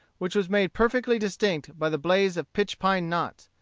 which was made perfectly distinct by the blaze of pitch-pine knots,